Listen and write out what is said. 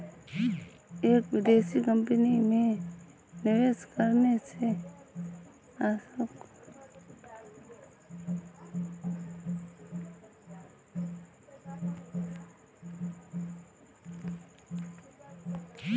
एक विदेशी कंपनी में निवेश करने से अशोक को अच्छा फायदा हुआ